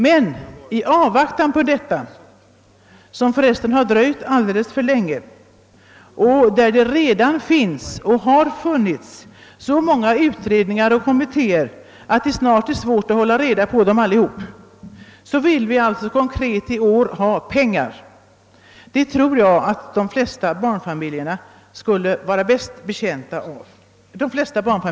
Men i avvaktan på denna reform — som för resten dröjt alldeles för länge och som det redan gjorts och fortfarande görs så många utredningar om att man har svårt att hålla isär dem — vill vi alltså i år ställa konkreta krav i pengar. Det är vad jag tror att de flesta barnfamiljer i dag är betjänta av. Herr talman!